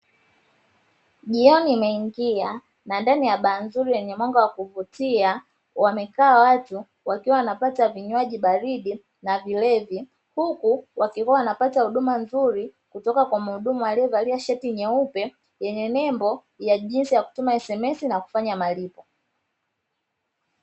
Jioni imeingia na ndani ya baa nzuri yenye mwanga wa kuvutia wamekaa watu wakiwa wanapata vinywaji baridi na vilevi, huku wakiwa wanapata huduma nzuri kutoka kwa mhudumu aliyevalia shati nyeupe yenye nembo ya jinsi ya kutuma sms na kufanya malipo.